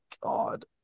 god